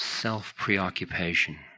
self-preoccupation